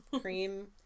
cream